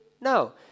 No